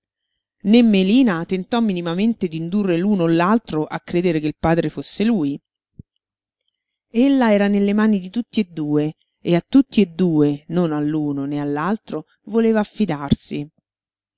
né melina tentò minimamente d'indurre l'uno o l'altro a credere che il padre fosse lui ella era nelle mani di tutti e due e a tutti e due non all'uno né all'altro voleva affidarsi